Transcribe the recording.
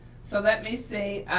so let me see,